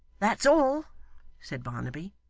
that's all said barnaby.